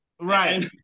right